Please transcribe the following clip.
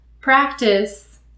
practice